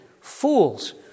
fools